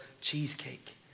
cheesecake